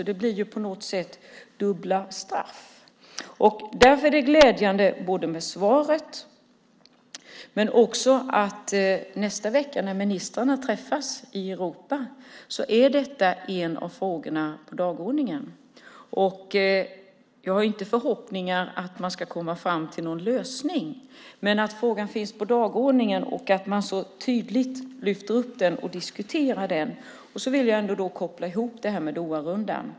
Det blir på något sätt dubbla straff. Därför är det glädjande både med svaret och med att detta nästa vecka, när ministrarna träffas i Europa, är en av frågorna på dagordningen. Jag har inga förhoppningar om att man ska komma fram till någon lösning, men frågan finns på dagordningen, och man lyfter fram den och diskuterar den. Jag vill också koppla ihop det här med Doharundan.